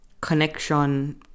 connection